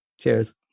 Cheers